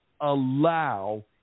allow